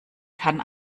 kann